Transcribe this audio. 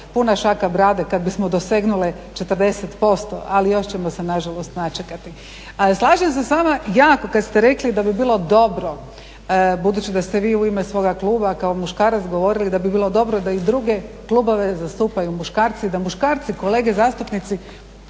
puna šaka brade kada bismo dosegnule 40% ali još ćemo se nažalost načekati. Slažem se s vama jako kada ste rekli da bi bilo dobro budući da ste vi u ime svoga kluba kao muškarac govorili da bi bilo dobro da i druge klubove zastupaju muškarci da muškarci kolege zastupnici